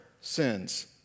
sins